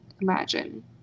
imagine